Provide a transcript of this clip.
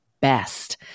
best